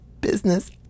business